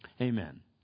Amen